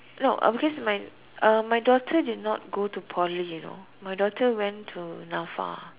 no uh because mine uh my daughter did not go to Poly you know my daughter went to Nafa